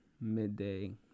midday